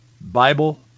Bible